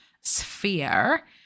sphere